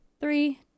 Three